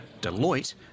Deloitte